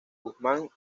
guzmán